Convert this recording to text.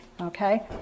Okay